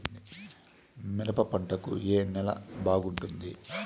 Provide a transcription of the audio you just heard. మిరప పంట కు ఏ నేల బాగుంటుంది?